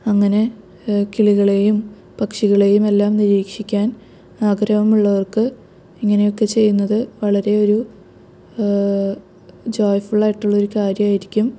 അങ്ങനെ കിളികളെയും പക്ഷികളെയും എല്ലാം നിരീക്ഷിക്കാൻ ആഗ്രഹം ഉള്ളവർക്ക് ഇങ്ങനെയൊക്കെ ചെയ്യുന്നത് വളരെ ഒരു ജോയ് ഫുള്ളായിട്ടുള്ളൊരു കാര്യമായിരിക്കും